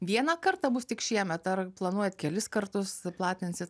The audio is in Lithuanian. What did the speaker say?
vieną kartą bus tik šiemet ar planuojat kelis kartus platinsit